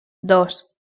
dos